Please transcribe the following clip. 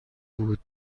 بود